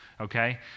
okay